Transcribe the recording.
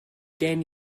gen